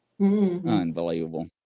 unbelievable